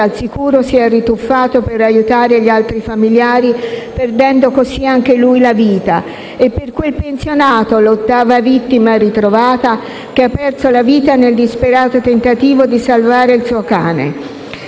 al sicuro, si è rituffato per aiutare gli altri familiari, perdendo così anche lui la vita. E per quel pensionato, l'ottava vittima ritrovata, che ha perso la vita nel disperato tentativo di salvare il suo cane,